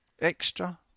extra